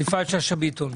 יפעת שאשא ביטון.